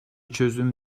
çözüm